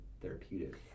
therapeutic